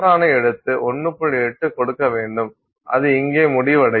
8 கொடுக்க வேண்டும் அது இங்கே முடிவடையும்